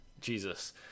Jesus